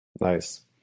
Nice